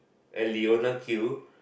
a Leona Q